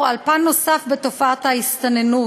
אור על פן נוסף בתופעת ההסתננות,